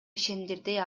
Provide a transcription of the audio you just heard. ишендирди